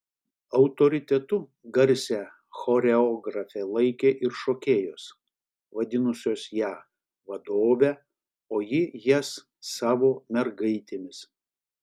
autoritetu garsią choreografę laikė ir šokėjos vadinusios ją vadove o ji jas savo mergaitėmis